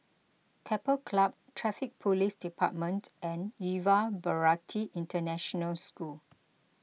Keppel Club Traffic Police Department and Yuva Bharati International School